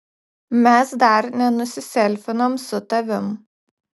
mes dar nenusiselfinom su tavim